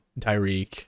Tyreek